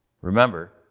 Remember